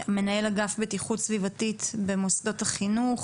מנהל אגף בטיחות סביבתית במוסדות החינוך.